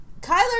Kyler